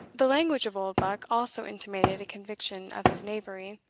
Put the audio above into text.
the language of oldbuck also intimated a conviction of his knavery,